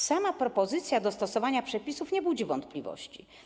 Sama propozycja dostosowania przepisów nie budzi wątpliwości.